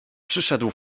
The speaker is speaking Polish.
przyszedł